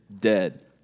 dead